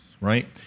right